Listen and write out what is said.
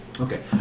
Okay